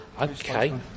Okay